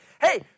hey